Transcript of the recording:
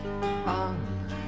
on